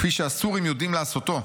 כפי שהסורים יודעים לעשותו.